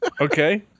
Okay